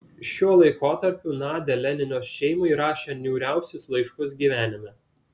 šiuo laikotarpiu nadia lenino šeimai rašė niūriausius laiškus gyvenime